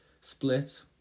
split